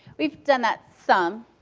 we've done that some.